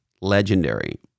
legendary